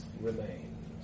remains